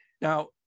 now